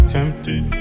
Tempted